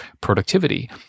productivity